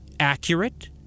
Accurate